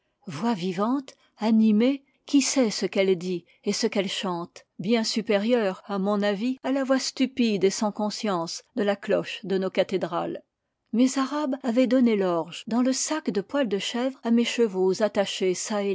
voix vivante animée qui sait ce qu'elle dit et ce qu'elle chante bien supérieure à mon avis à la voix stupide et sans conscience de la cloche de nos cathédrales mes arabes avaient donné l'orge dans le sac de poil de chèvre à mes chevaux attachés